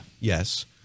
Yes